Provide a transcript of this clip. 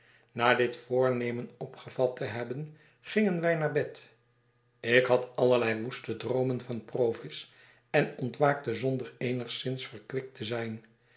na dit voornemen opgevat te hebben gingen wij naar bed ik had allerlei woeste droomen van provis en ontwaakte zonder eenigszins verkwikt te zijn